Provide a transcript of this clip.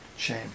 Shame